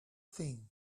thing